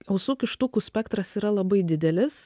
ausų kištukų spektras yra labai didelis